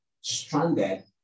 stranded